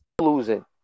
losing